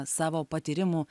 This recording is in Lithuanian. savo patyrimų